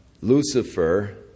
Lucifer